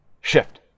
shift